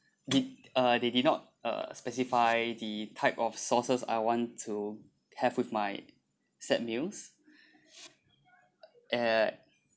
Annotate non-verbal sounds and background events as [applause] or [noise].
did uh they did not uh specify the type of sauces I want to have with my set meals [breath] [noise]